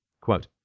Quote